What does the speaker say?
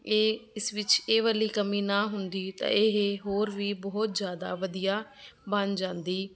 ਇਹ ਇਸ ਵਿੱਚ ਇਹ ਵਾਲੀ ਕਮੀ ਨਾ ਹੁੰਦੀ ਤਾਂ ਇਹ ਹੋਰ ਵੀ ਬਹੁਤ ਜ਼ਿਆਦਾ ਵਧੀਆ ਬਣ ਜਾਂਦੀ